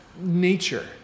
nature